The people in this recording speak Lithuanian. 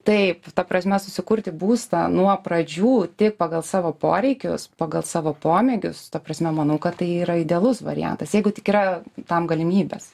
taip ta prasme susikurti būstą nuo pradžių tik pagal savo poreikius pagal savo pomėgius ta prasme manau kad tai yra idealus variantas jeigu tik yra tam galimybės